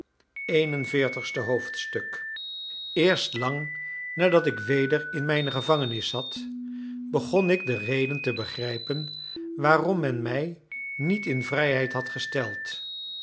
eerst lang nadat ik weder in mijne gevangenis zat begon ik de reden te begrijpen waarom men mij niet in vrijheid had gesteld